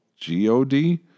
G-O-D